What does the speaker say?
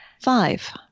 Five